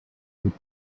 with